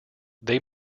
they